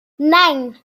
nine